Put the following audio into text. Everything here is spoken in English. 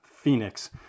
Phoenix